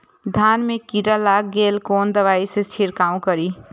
धान में कीरा लाग गेलेय कोन दवाई से छीरकाउ करी?